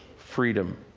freedom,